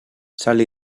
sale